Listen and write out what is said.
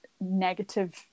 negative